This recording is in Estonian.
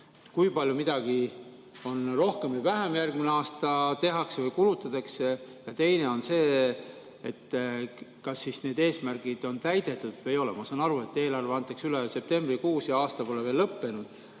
kui palju midagi rohkem või vähem järgmine aasta tehakse või kulutatakse. Teine on see, kas need eesmärgid on täidetud või ei ole. Ma saan aru, et eelarve antakse üle septembrikuus ja aasta pole veel lõppenud,